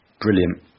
brilliant